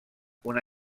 una